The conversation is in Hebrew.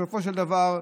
בסופו של דבר,